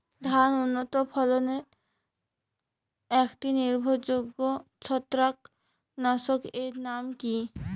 ধান উন্নত ফলনে একটি নির্ভরযোগ্য ছত্রাকনাশক এর নাম কি?